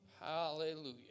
Hallelujah